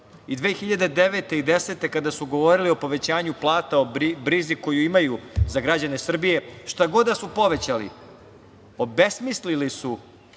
i 2009. i 2010. kada su govorili o povećanju plata, o brizi koju imaju za građane Srbije, šta god da su povećali obesmislili su